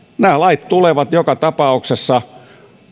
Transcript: nämä lait tulevat joka tapauksessa